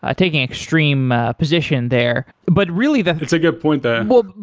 ah taking extreme position there. but really the it's a good point though well,